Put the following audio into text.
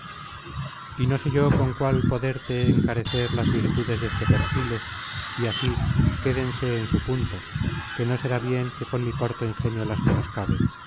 y no sé yo con cuál poderte encarecer content from google book search generated at las virtudes deste persiles y así quédense en su punto que no será bien que con mi corto ingenio las menoscabe